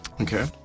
Okay